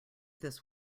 this